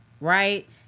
right